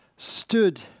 stood